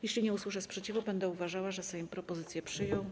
Jeśli nie usłyszę sprzeciwu, będę uważała, że Sejm propozycję przyjął.